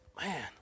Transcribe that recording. man